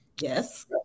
Yes